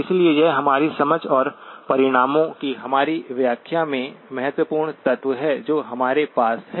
इसलिए यह हमारी समझ और परिणामों की हमारी व्याख्या में महत्वपूर्ण तत्व है जो हमारे पास है